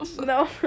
No